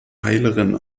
heilerin